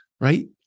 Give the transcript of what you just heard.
Right